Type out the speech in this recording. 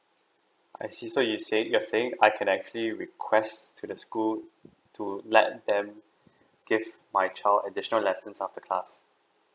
I see so you say you are saying I can actually request to the school to let them give my child additional lessons after class